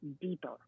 deeper